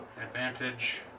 advantage